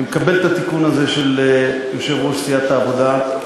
אני מקבל את התיקון הזה של יושב-ראש סיעת העבודה,